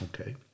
Okay